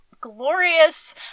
glorious